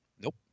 Nope